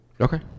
Okay